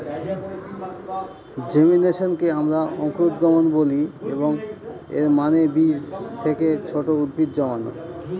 জেমিনেশনকে আমরা অঙ্কুরোদ্গম বলি, এবং এর মানে বীজ থেকে ছোট উদ্ভিদ জন্মানো